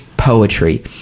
poetry